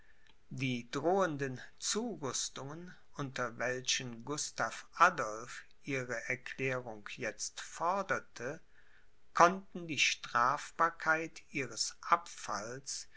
die drohenden zurüstungen unter welchen gustav adolph ihre erklärung jetzt forderte konnten die strafbarkeit ihres abfalls